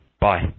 Bye